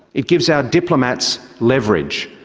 it gives our diplomats leverage.